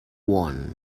won